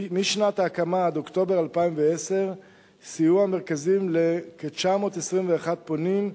משנת ההקמה עד אוקטובר 2010 סייעו המרכזים לכ-921 פונים,